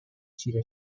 چیره